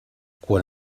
quan